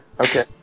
Okay